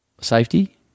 Safety